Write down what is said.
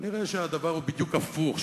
כנראה הדבר הוא בדיוק הפוך,